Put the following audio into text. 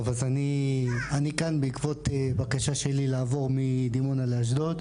טוב אז אני כאן בעקבות בקשה שלי לעבור מדימונה לאשדוד.